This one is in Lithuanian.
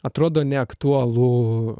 atrodo neaktualu